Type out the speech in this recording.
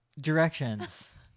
Directions